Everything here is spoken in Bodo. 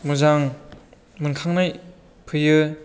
मोजां मोनखांनाय फैयो